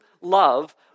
love